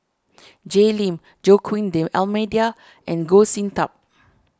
Jay Lim Joaquim D'Almeida and Goh Sin Tub